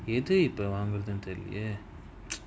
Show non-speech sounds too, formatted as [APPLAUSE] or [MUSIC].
எது இப்ப வாங்குரதுன்னு தெரிலயே:ethu ippa vaangurathunu therilaye [NOISE]